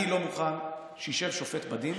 אני לא מוכן שישב שופט בדין